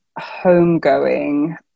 Homegoing